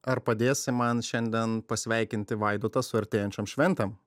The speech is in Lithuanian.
ar padėsi man šiandien pasveikinti vaidotą su artėjančiom šventėm